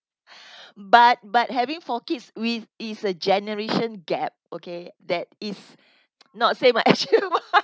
but but having four kids with it's a generation gap okay that is not say my achievement